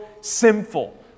sinful